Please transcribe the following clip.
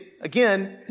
again